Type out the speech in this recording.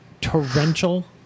torrential